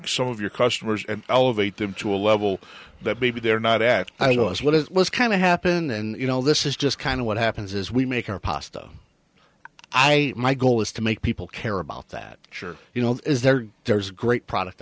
some of your customers and elevate them to a level that maybe they're not act as what it was kind of happen and you know this is just kind of what happens as we make our pasta i my goal is to make people care about that sure you know is there there is great product